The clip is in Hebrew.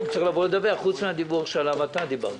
פרט לדיווח שעליו אתה דיברת.